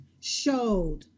showed